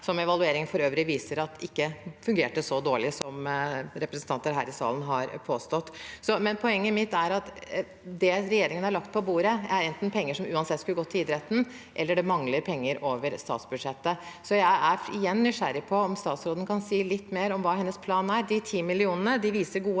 som evalueringen for øvrig viser at ikke fungerte så dårlig som representanter her i salen har påstått. Poenget mitt er at det regjeringen har lagt på bordet, enten er penger som uansett skulle gå til idretten, eller så mangler det penger over statsbudsjettet. Jeg er igjen nysgjerrig på om statsråden kan si litt mer om hva hennes plan er. De ti millionene viser gode